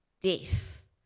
death